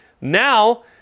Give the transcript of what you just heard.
Now